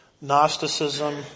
Gnosticism